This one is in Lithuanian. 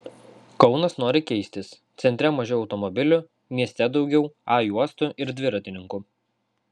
kaunas nori keistis centre mažiau automobilių mieste daugiau a juostų ir dviratininkų